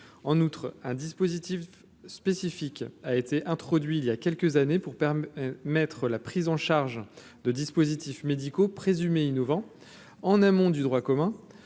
en outre un dispositif spécifique a été introduit il y a quelques années pour permettre maître la prise en charge de dispositifs médicaux présumé innovant en amont du droit commun